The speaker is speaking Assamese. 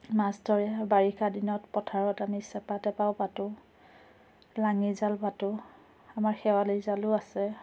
মাছ ধৰে বাৰিষা দিনত পথাৰত আমি চেপা টেপাও পাতোঁ লাঙি জাল পাতোঁ আমাৰ খেৱালি জালো আছে